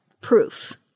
proof